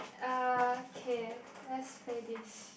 uh K let's play this